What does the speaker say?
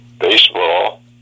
baseball